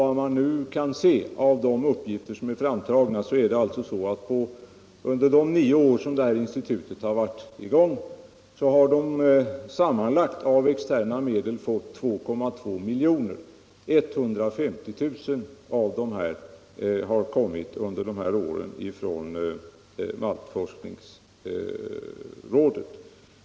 Vad man nu kan se av de uppgifter som är framtagna förhåller det sig så att under de nio år som institutet funnits har det sammanlagt av externa medel fått 2,2 milj.kr. Därav har under dessa år 150 000 kr. kommit från Maltdrycksforskningsrådet.